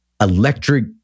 electric